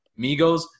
Migos